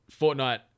Fortnite